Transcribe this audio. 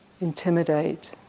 intimidate